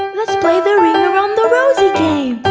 let's play the ring around the rosy game.